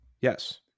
yes